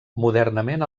modernament